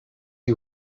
you